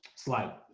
slide.